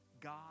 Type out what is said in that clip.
God